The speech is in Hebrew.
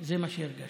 זה מה שהרגשתי.